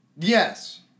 Yes